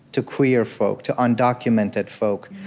to queer folk, to undocumented folk,